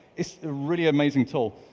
it's a really amazing tool.